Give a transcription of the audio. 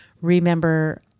remember